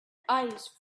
ice